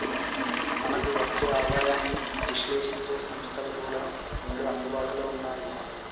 మనకు వచ్చే ఆదాయాన్ని విశ్లేశించే సంస్థలు కూడా నేడు అందుబాటులో ఉన్నాయి